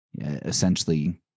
essentially